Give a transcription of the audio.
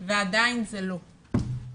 ועדיין זה לא.